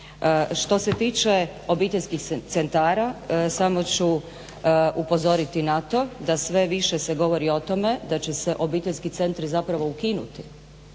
Što se tiče obiteljskih centara samo ću upozoriti na to da sve više se govori o tome da će se obiteljski centri zapravo ukinuti,